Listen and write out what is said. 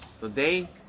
today